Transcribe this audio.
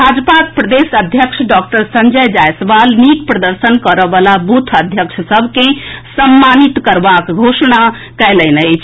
भाजपाक प्रदेश अध्यक्ष डॉक्टर संजय जायसवाल नीक प्रदर्शन करएबला बूथ अध्यक्ष सभ के सम्मानित करबाक घोषणा कएलनि अछि